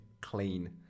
clean